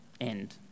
end